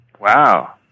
wow